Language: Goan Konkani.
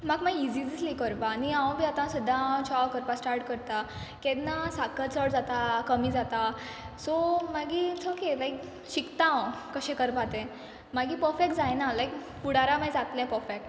म्हाक माय इजी जिसलें कोरपा आनी हांव बी आतां सद्दां हांव चाव करपा स्टाट करता केन्ना साखर चड जाता कमी जाता सो मागी इट्स ओके लायक शिकता हांव कशें करपा तें मागी पर्फेक्ट जायना लायक फुडारा माय जातलें पर्फेक्ट